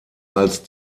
als